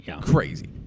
crazy